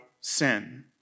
sin